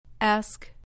Ask